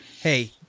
Hey